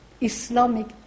Islamic